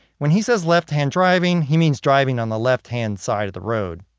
when he says left-hand driving he means driving on the left-hand side of the road.